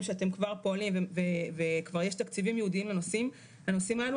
שאתם כבר פועלים וכבר יש תקציבים ייעודיים לנושאים האלה.